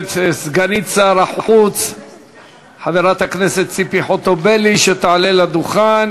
את סגנית שר החוץ חברת הכנסת ציפי חוטובלי לעלות לדוכן.